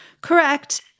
correct